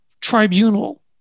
tribunal